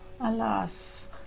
alas